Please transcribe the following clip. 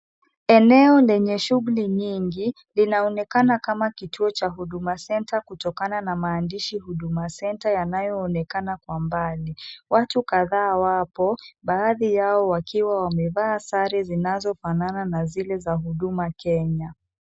Eneo lenye shughuli nyingi linaonekana kama kituo cha huduma Center kutokana na maandishi Huduma Center yanayoonekana kwa mbali. Watu kadhaa wapo baadhi yao wakiwa wamevaa sare zinazofanana na zile za Huduma Kenya.